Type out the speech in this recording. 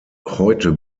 heute